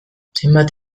zenbat